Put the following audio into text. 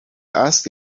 asked